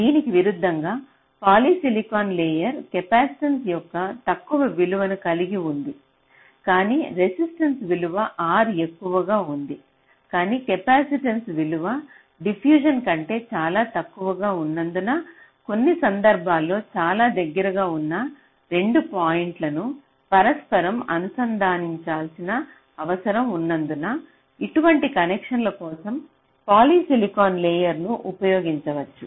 దీనికి విరుద్ధంగా polysilicon layer capacitance యొక్క తక్కువ విలువను కలిగి ఉంది కానీ రెసిస్టెన్స్ విలువ R ఎక్కువగా ఉంది కానీ కెపాసిటెన్స విలువ డిఫ్యూషన్ కంటే చాలా తక్కువగా ఉన్నందున కొన్ని సందర్భాల్లో చాలా దగ్గరగా ఉన్న 2 పాయింట్లను పరస్పరం అనుసంధానించాల్సిన అవసరం ఉన్నందున ఇటువంటి కనెక్షన్ల కోసం పాలిసిలికాన్ లేయర్ ను ఉపయోగించవచ్చు